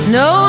no